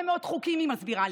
אינה נוכחת עאידה תומא סלימאן,